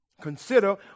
consider